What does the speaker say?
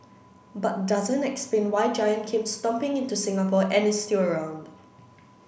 but doesn't explain why Giant came stomping into Singapore and is still around